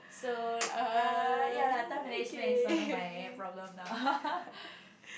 so uh ya lah time management is one of my problem lah